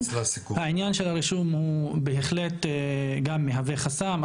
העניין של הרישום הוא בהחלט גם מהווה חסם,